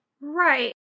Right